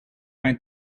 mijn